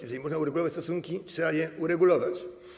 Jeżeli można uregulować stosunki, trzeba je uregulować.